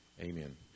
amen